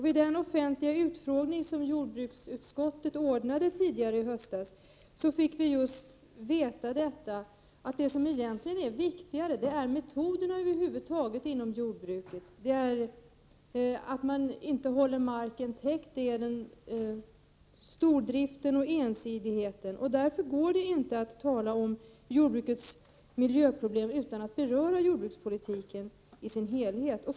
Vid den offentliga utfrågning som jordbruksutskottet anordnade tidigare i höstas fick vi ju veta att det är metoderna över huvud taget inom jordbruket som är viktigare än annat. Det gäller t.ex. att man inte håller marken täckt. Det gäller stordriften och ensidigheten. Därför går det inte att tala om jordbrukets miljöproblem utan att beröra jordbrukspolitiken i dess helhet.